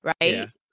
right